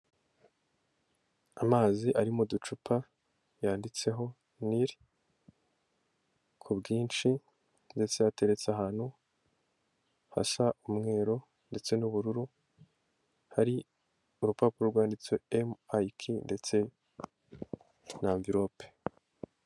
Amazi ari mu ducupa yanditseho nili kubwinshi, ndetse ateretse ahantu hasa umweru ndetse n'ubururu, hari urupapuro rwanditseho emu ayi kiyu ndetse na mvilope.